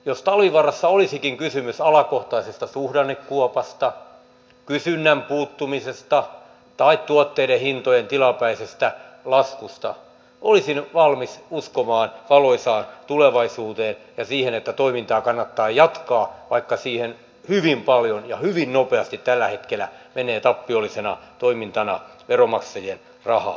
jos talvivaarassa olisikin kysymys alakohtaisesta suhdannekuopasta kysynnän puuttumisesta tai tuotteiden hintojen tilapäisestä laskusta olisin valmis uskomaan valoisaan tulevaisuuteen ja siihen että toimintaa kannattaa jatkaa vaikka siihen hyvin paljon ja hyvin nopeasti tällä hetkellä menee tappiollisena toimintana veronmaksajien rahaa